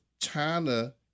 China